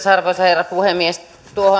arvoisa herra puhemies